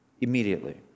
Immediately